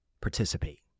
participate